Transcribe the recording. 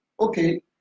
Okay